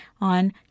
on